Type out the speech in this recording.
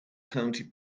county